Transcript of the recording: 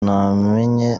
namenye